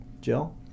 Jill